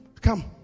Come